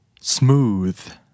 smooth